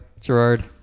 Gerard